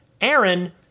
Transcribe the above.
Aaron